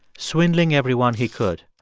swindling everyone he could.